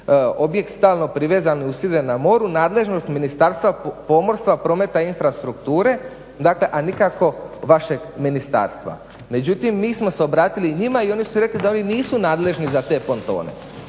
objekt stalno privezan i usidren na moru, nadležnost Ministarstva pomorstva, prometa i infrastrukture dakle a nikako vašeg ministarstva. Međutim mi smo se obratili njima i oni su rekli da oni nisu nadležni za te pontone.